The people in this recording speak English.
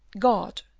god,